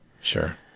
sure